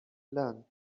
land